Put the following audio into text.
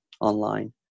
online